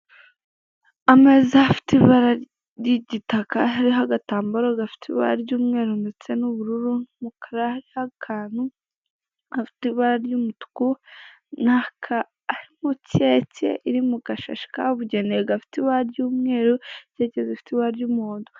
Ameza afite ibara ry'igitaka hariho agatambaro gafite ibara ry'umweru ndetse n'ubururu, hakaba hariho akantu gafite ibara ry'umutuku, ni aka harimo keke iri mu gasashi kabugenewe gafite ibara ry'umweru, keke zifite ibara ry'umuhondo.